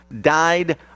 died